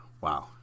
wow